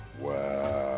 Wow